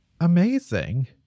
Amazing